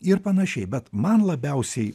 ir panašiai bet man labiausiai